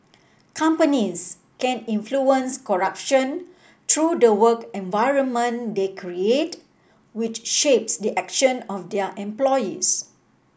companies can influence corruption through the work environment they create which shapes the actions of their employees